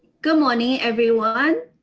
good morning, everyone,